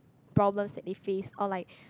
problems that they face or like